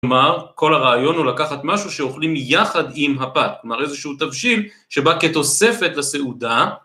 כלומר, כל הרעיון הוא לקחת משהו שאוכלים יחד עם הפת, כלומר איזשהו תבשיל שבא כתוספת לסעודה.